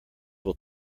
will